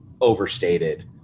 overstated